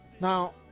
Now